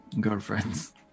girlfriends